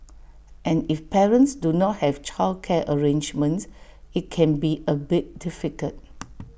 and if parents do not have childcare arrangements IT can be A bit difficult